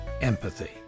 Empathy